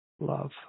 love